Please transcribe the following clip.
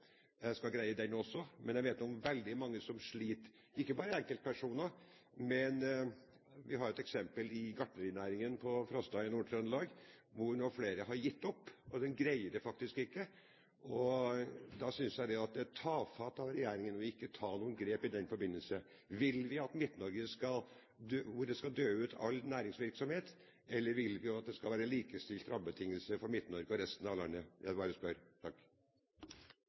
Jeg skal greie den også, men jeg vet om veldig mange som sliter, og det er ikke bare enkeltpersoner. Vi har et eksempel fra gartnerinæringen på Frosta i Nord-Trøndelag, hvor flere nå har gitt opp. De greier det faktisk ikke. Da synes jeg det er tafatt av regjeringen ikke å ta noen grep i den forbindelse. Vil man at all næringsvirksomhet i Midt-Norge skal dø ut? Eller vil man at det skal være likestilte rammebetingelser for Midt-Norge og resten av landet? Jeg bare spør.